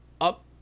up